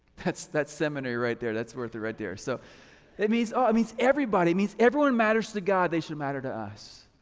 that's that's seminary right there, that's worth it right there. so it means ah i mean everybody, it means everyone matters to god, they should matter to us.